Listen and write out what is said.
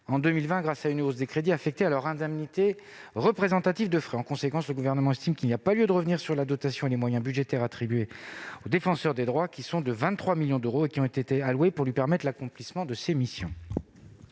en 2020 grâce à une hausse des crédits affectés à leur indemnité représentative de frais. En conséquence, le Gouvernement estime qu'il n'y a pas lieu de revenir sur la dotation et les moyens budgétaires attribués au Défenseur des droits, qui sont de 23 millions d'euros et ont été alloués pour lui permettre l'accomplissement de ses missions.